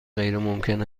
غیرممکن